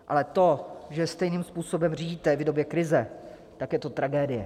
Ale to, že stejným způsobem řídíte v době krize, tak je to tragédie.